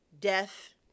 death